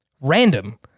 random